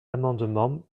amendement